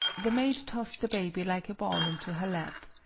the maid tossed the baby like a ball into her lap.